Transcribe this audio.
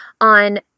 on